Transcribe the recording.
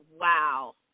wow